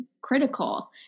critical